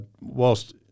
whilst